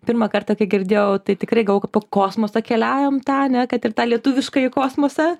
pirmą kartą kai girdėjau tai tikrai galvojau kad po kosmosą keliaujam tą ane kad ir tą lietuviškąjį kosmosą